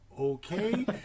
okay